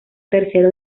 tercero